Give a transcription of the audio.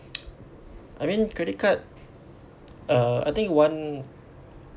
I mean credit card uh I think one